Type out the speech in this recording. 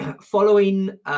Following